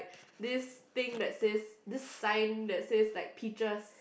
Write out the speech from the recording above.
this thing that says this sign that says like peaches